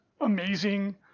amazing